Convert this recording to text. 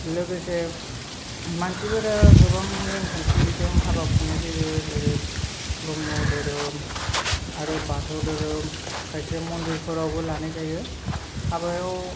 लोगोसे मानसिफोरा गोबां नियम खान्थिजों हाबा खुंनाय जायो जोरै ब्रम्ह धोरोम आरो बाथौ धोरोम खायसे मन्दिरफोरावबो लानाय जायो हाबायाव